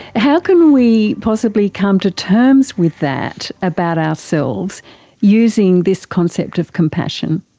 how can we possibly come to terms with that about ourselves using this concept of compassion?